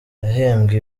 yahembwe